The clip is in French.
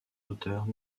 auteurs